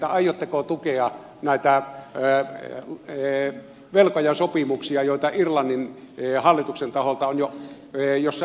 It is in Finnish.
aiotteko tukea näitä velkojasopimuksia joissa irlannin hallituksen taholta on jo pää saatu auki